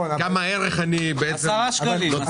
10 שקלים.